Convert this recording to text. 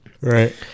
Right